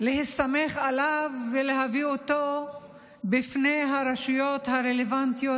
להסתמך עליו ולהביא אותו בפני הרשויות הרלוונטיות,